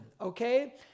okay